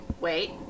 wait